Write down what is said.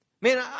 Man